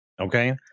okay